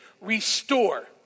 Restore